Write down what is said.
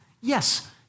Yes